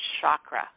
chakra